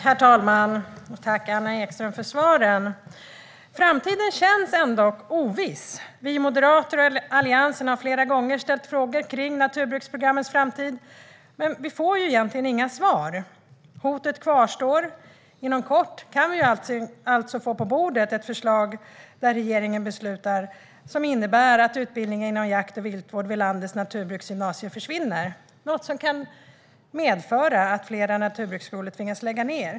Herr talman! Jag tackar Anna Ekström för svaren, men framtiden känns ändå oviss. Vi moderater och Alliansen har flera gånger ställt frågor om naturbruksprogrammens framtid, men vi får inga svar. Hotet kvarstår. Inom kort kan vi få på bordet ett förslag och beslut från regeringen som innebär att utbildning inom jakt och viltvård vid landets naturbruksgymnasier försvinner, vilket kan medföra att flera naturbruksskolor tvingas lägga ned.